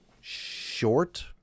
Short